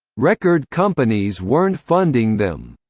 record companies weren't funding them.